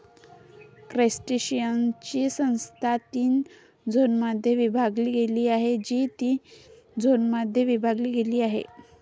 क्रस्टेशियन्सची संस्था तीन झोनमध्ये विभागली गेली आहे, जी तीन झोनमध्ये विभागली गेली आहे